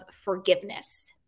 forgiveness